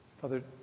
Father